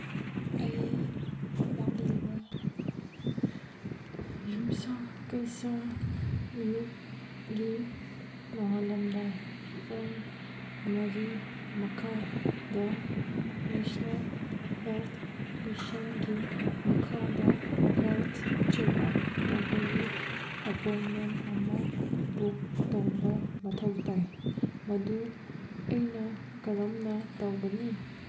ꯑꯩ ꯂꯥꯛꯂꯤꯕ ꯌꯨꯝꯁꯥꯀꯩꯁꯥ ꯅꯨꯃꯤꯠꯒꯤ ꯅꯣꯡꯉꯥꯜꯂꯝꯗꯥꯏ ꯄꯨꯡ ꯃꯔꯤ ꯃꯈꯥꯏꯗ ꯅꯦꯁꯅꯦꯜ ꯍꯦꯜꯠ ꯃꯤꯁꯟꯒꯤ ꯃꯈꯥꯗ ꯍꯦꯜꯠ ꯆꯦꯛꯑꯞ ꯇꯧꯕꯒꯤ ꯑꯦꯄꯣꯏꯟꯃꯦꯟ ꯑꯃ ꯕꯨꯛ ꯇꯧꯕ ꯃꯊꯧ ꯇꯥꯏ ꯃꯗꯨ ꯑꯩꯅ ꯀꯔꯝꯅ ꯇꯧꯒꯅꯤ